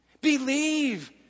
Believe